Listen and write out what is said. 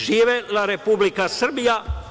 Živela Republika Srbija.